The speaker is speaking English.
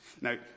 Now